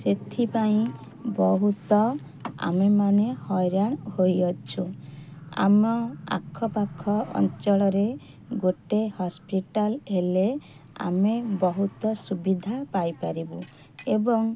ସେଥିପାଇଁ ବହୁତ ଆମେମାନେ ହଇରାଣ ହୋଇଅଛୁ ଆମ ଆଖପାଖ ଅଞ୍ଚଳରେ ଗୋଟେ ହସ୍ପିଟାଲ୍ ହେଲେ ଆମେ ବହୁତ ସୁବିଧା ପାଇପାରିବୁ ଏବଂ